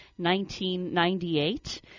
1998